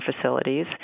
facilities